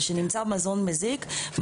או שנעשה התייעצות של כמה